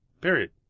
Period